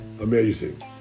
Amazing